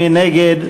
מי נגד?